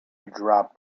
dropped